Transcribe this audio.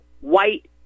white